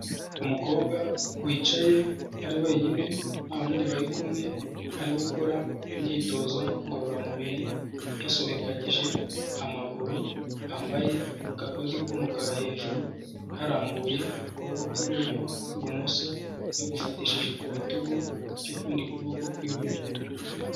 Umukobwa wicaye ari wenyine nta wundi bari kumwe ari gukora imyitozo ngororamubiri yasobekanyije amaguru, yambaye agabodi k'umukara hejuru yarambuye ukuboko kw'iburyo, ukw'ibumoso yagufatishije ku bitugu by'ukundi kuboko kw'iburyo.